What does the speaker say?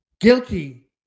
Guilty